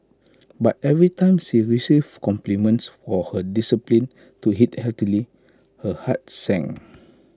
but every time she received compliments for her discipline to eat healthily her heart sank